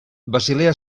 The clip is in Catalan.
basilea